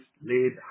laid